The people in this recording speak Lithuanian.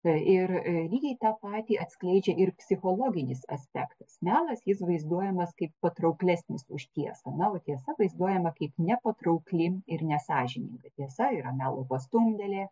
tai ir lygiai tą patį atskleidžia ir psichologinis aspektas melas jis vaizduojamas kaip patrauklesnis už tiesą na o tiesa vaizduojama kaip nepatraukli ir nesąžininga tiesa yra melo pastumdėlė